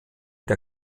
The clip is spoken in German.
der